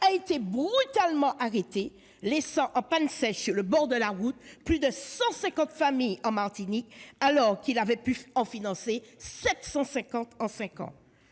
a été brutalement arrêté, laissant en panne sèche sur le bord de la route plus de 150 familles en Martinique, alors qu'il avait pu en financer 750 en cinq ans.